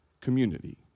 community